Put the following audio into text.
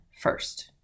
first